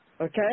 Okay